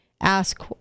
ask